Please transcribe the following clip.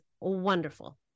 wonderful